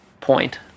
point